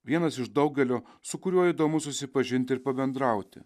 vienas iš daugelio su kuriuo įdomu susipažinti ir pabendrauti